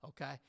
okay